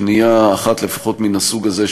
פנייה אחת לפחות מן הסוג הזה,